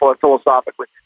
philosophically